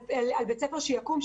על בית ספר שיקום,